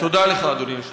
תודה לך, אדוני היושב-ראש.